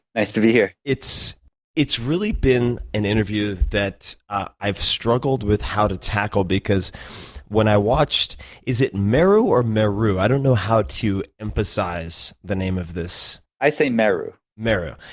nice to be here. it's it's really been an interview that i've struggled with how to tackle. because when i watched is it merru or meru? i don't know how to emphasize the name of this. this. i say meru. meru.